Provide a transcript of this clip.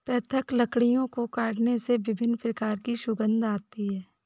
पृथक लकड़ियों को काटने से विभिन्न प्रकार की सुगंध आती है